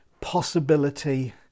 possibility